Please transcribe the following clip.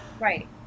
Right